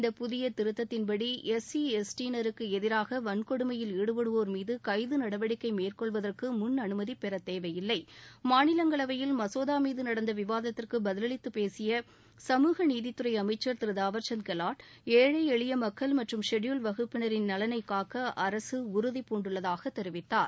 இந்த புதிய திருத்தத்தின் படி எஸ்சி எஸ்டி யினருக்கு எதிராக வன்கொடுமையில் ஈடுபடுவோர் மீது கைது நடவடிக்கை மேற்கொள்வதற்கு முன்அனுமதி பெற தேவையில்லை மாநிலங்களவையில் மசோதா மீது நடந்த விவாதத்திற்கு பதில் அளித்து பேசிய சமூகநீதித்துறை அமைச்சர் திரு தாவர்சந்த் கெலாட் ஏழை எளிய மக்கள் மற்றும் ஷெட்யூல்ட் வகுப்பினரின் நலனை காக்க அரசு உறுதிபூண்டுள்ளதாக தெரிவித்தார்